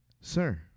sir